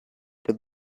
the